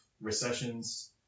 recessions